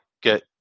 get